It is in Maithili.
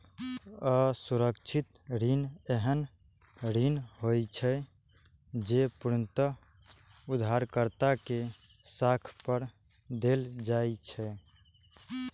असुरक्षित ऋण एहन ऋण होइ छै, जे पूर्णतः उधारकर्ता के साख पर देल जाइ छै